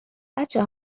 بچه